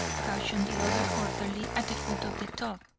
cautioned the other orderly at the foot of the tub,